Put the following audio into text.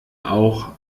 auch